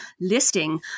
listing